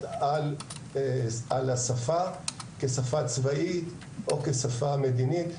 על השפה כשפה צבאית או כשפה מדינית.